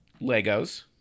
Legos